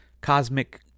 cosmic